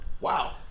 Wow